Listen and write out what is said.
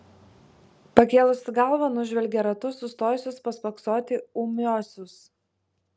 pakėlusi galvą nužvelgia ratu sustojusius paspoksoti ūmiuosius